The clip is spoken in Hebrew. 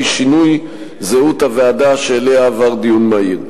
שינוי זהות הוועדה שאליה עבר דיון מהיר.